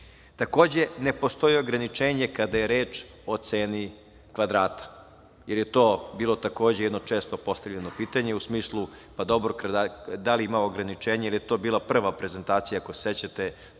ne postoji ograničenje kada je reč o ceni kvadrata, jer je to bilo takođe jedno često postavljeno pitanje, u smislu da li ima ograničenje, jer je to bila prva prezentacija, ako se sećate,